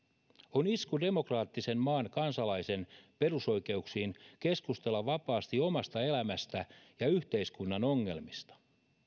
on isku demokraattisen maan kansalaisen perusoikeuksiin keskustella vapaasti omasta elämästään ja yhteiskunnan ongelmista